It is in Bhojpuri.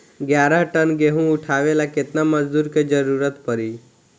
ग्यारह टन गेहूं उठावेला केतना मजदूर के जरुरत पूरी?